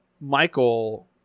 Michael